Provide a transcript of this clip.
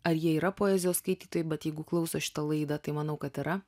ar jie yra poezijos skaitytojai bet jeigu klauso šitą laidą tai manau kad yra